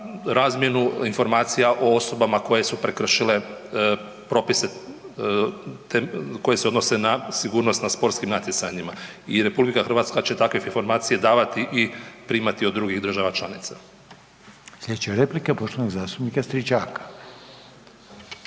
razmjenu informacija o osobama koje su prekršile propise koje se odnose na sigurnost na sportskim natjecanjima i RH će takve informacije davati i primati od drugih država članica. **Reiner, Željko (HDZ)** Sljedeća replika poštovanog zastupnika Stričaka.